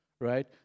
right